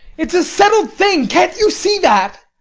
it's a settled thing. can't you see that?